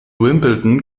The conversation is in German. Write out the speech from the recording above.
wimbledon